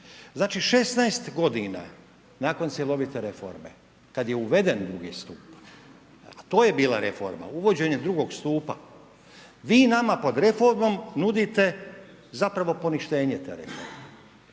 Znači 16 godina nakon cjelovite reforme, kad je uveden II. stup, a to je bila reforma, uvođenje II. stupa, vi nama pod reformom nudite zapravo poništenje te reforme.